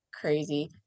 crazy